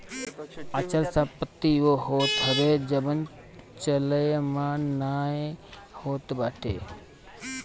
अचल संपत्ति उ होत हवे जवन चलयमान नाइ होत बाटे